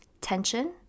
tension